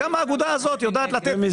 גם האגודה הזאת יודעת לתת,